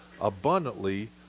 abundantly